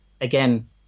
again